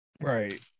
Right